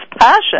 passion